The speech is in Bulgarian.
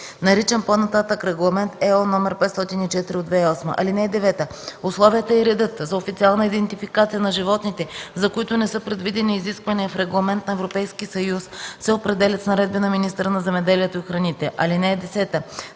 наричан по-нататък „Регламент (ЕО) № 504/2008”. (9) Условията и редът за официална идентификация на животните, за които не са предвидени изисквания в регламент на Европейския съюз, се определят с наредби на министъра на земеделието и храните. (10)